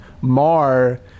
mar